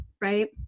right